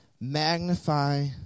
Magnify